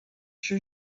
això